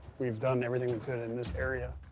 we've done everything we could and in this area.